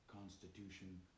constitution